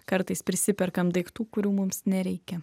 kartais prisiperkam daiktų kurių mums nereikia